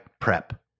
prep